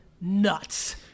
nuts